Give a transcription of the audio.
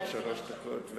מתוך שלוש דקות.